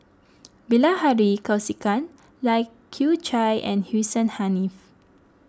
Bilahari Kausikan Lai Kew Chai and Hussein Haniff